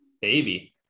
Baby